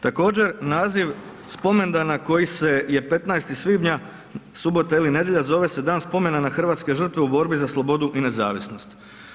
Također, naziv spomendana koji se je 15. svibnja, subota ili nedjelja, zove se Dan spomena na hrvatske žrtve u borbi za slobodu i nezavisnost.